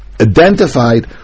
identified